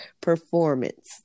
performance